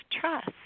trust